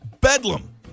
Bedlam